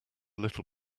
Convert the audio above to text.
little